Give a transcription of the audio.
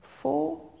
four